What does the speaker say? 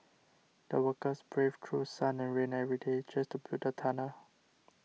the workers braved through sun and rain every day just to build the tunnel